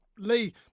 Lee